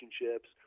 relationships